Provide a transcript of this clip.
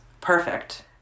perfect